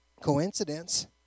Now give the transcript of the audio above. coincidence